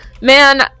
man